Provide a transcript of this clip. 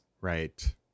Right